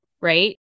right